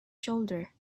shoulder